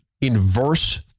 inverse